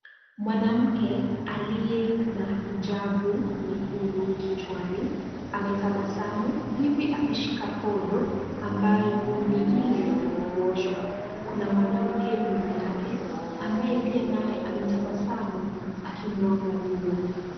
Mwanamke aliye na hijabu nyekundu kichwani, ametabasamu; hivi akishika podo, ambayo ni ile ya kuoshwa. Kuna mwanamke nyuma yake, ambaye pia naye ametabasamu, akimuangalia.